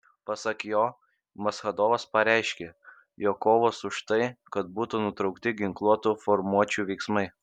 pasak jo maschadovas pareiškė jog kovos už tai kad būtų nutraukti ginkluotų formuočių veiksmai